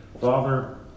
Father